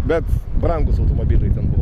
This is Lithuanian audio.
bet brangūs automobiliai ten bu